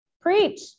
Preach